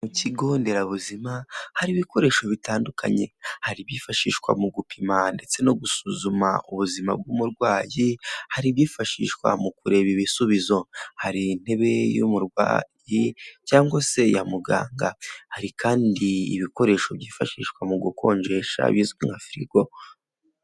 Mu kigonderabuzima hari ibikoresho bitandukanye, hari ibyifashishwa mu gupima ndetse no gusuzuma ubuzima bw'umurwayi, hari ibyifashishwa mu kureba ibisubizo, hari intebe y'umurwayi cyangwase ya muganga, hari kandi ibikoresho byifashishwa mu gukonjesha bizwi nka firigo.